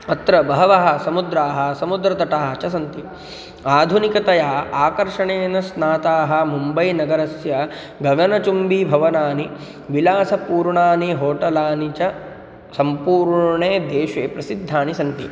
अत्र बहवः समुद्राः समुद्रतटाः च सन्ति आधुनिकतया आकर्षणेन ज्ञाताः मुम्बैनगरस्य गगनचुम्बीभवनानि विलासपूर्णानि होटलानि च सम्पूर्णे देशे प्रसिद्धानि सन्ति